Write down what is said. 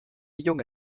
junge